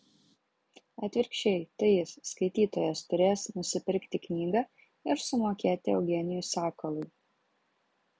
atvirkščiai tai jis skaitytojas turės nusipirkti knygą ir sumokėti eugenijui sakalui